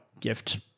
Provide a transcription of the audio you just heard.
gift